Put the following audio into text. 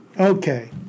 okay